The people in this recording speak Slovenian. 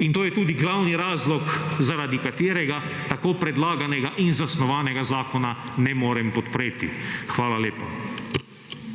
In to je tudi glavni razlog zaradi katerega tako predlaganega in zasnovanega zakona ne morem podpreti. Hvala lepa.